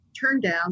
turndown